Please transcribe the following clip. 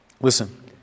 Listen